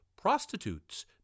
prostitutes